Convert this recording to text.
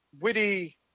witty